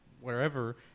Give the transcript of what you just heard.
wherever